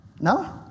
No